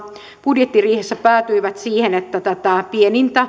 budjettiriihessä päätyivät siihen että tämä pienin